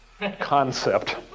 concept